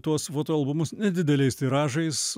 tuos foto albumus nedideliais tiražais